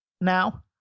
now